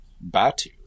Batu